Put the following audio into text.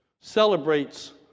celebrates